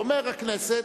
אומרת הכנסת,